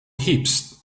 heaps